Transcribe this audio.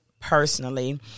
personally